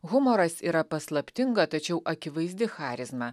humoras yra paslaptinga tačiau akivaizdi charizma